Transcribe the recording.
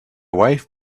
wife